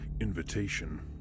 invitation